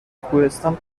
کوهستان